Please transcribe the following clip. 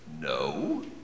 No